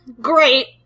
Great